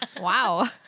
Wow